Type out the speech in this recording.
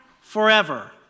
forever